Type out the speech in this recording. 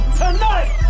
tonight